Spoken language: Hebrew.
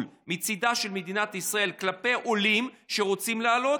מצידה של מדינת ישראל כלפי עולים שרוצים לעלות,